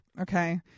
okay